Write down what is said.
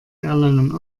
erlangen